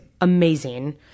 amazing